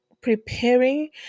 preparing